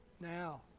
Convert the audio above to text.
now